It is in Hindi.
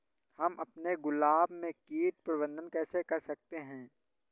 हम अपने गुलाब में कीट प्रबंधन कैसे कर सकते है?